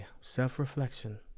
self-reflection